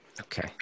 Okay